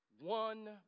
one